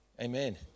amen